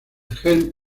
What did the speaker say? gen